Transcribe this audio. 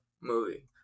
movie